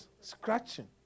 Scratching